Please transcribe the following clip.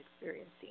experiencing